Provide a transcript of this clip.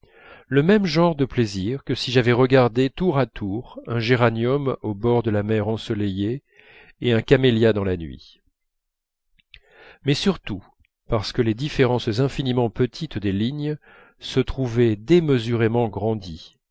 le même genre de plaisir que si j'avais regardé tour à tour un géranium au bord de la mer ensoleillée et un camélia dans la nuit mais surtout parce que les différences infiniment petites des lignes se trouvaient démesurément grandies